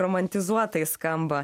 romantizuotai skamba